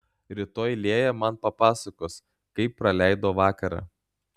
rytoj lėja man papasakos kaip praleido vakarą